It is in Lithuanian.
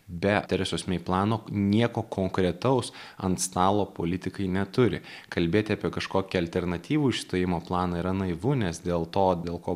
be teresos mei plano nieko konkretaus ant stalo politikai neturi kalbėti apie kažkokį alternatyvų išstojimo planą yra naivu nes dėl to dėl ko